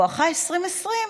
בואכה 2020,